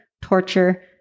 torture